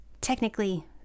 Technically